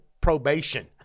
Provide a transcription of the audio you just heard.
probation